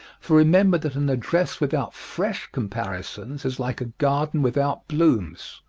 for remember that an address without fresh comparisons like a garden without blooms.